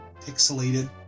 pixelated